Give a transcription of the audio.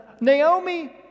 Naomi